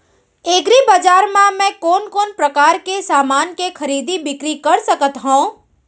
एग्रीबजार मा मैं कोन कोन परकार के समान के खरीदी बिक्री कर सकत हव?